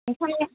बेखौ